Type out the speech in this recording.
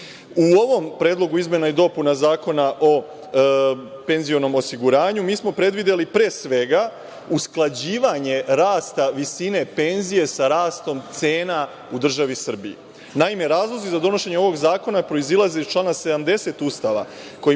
ovom predlogu izmena i dopuna Zakona o penzionom osiguranju, mi smo predvideli pre svega usklađivanje rasta visine penzije sa rastom cena u državi Srbiji. Naime, razlozi za donošenje ovog zakona proizilaze iz člana 70. Ustava kojim